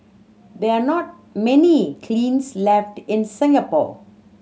there are not many kilns left in Singapore